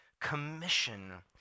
commission